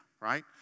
right